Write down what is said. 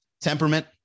temperament